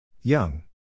Young